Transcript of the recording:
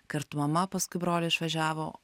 kartu mama paskui brolį išvažiavo